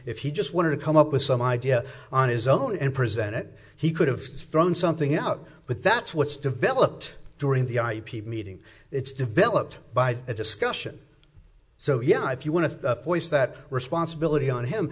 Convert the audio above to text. if he just wanted to come up with some idea on his own and present it he could've thrown something out but that's what's developed during the ip meeting it's developed by a discussion so yeah if you want to force that responsibility on him